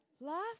laugh